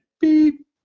beep